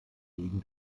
gegen